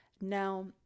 Now